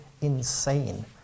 insane